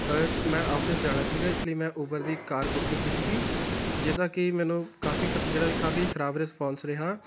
ਮੈਂ ਆਫਿਸ ਜਾਣਾ ਸੀਗਾ ਇਸ ਲਈ ਮੈਂ ਉਬਰ ਦੀ ਕਾਰ ਬੁੱਕ ਕੀਤੀ ਸੀਗੀ ਜਿਹਦਾ ਕਿ ਮੈਨੂੰ ਕਾਫ਼ੀ ਜਿਹੜਾ ਵੀ ਕਾਫ਼ੀ ਖਰਾਬ ਰਿਸਪਾਂਸ ਰਿਹਾ